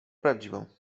prawdziwą